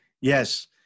Yes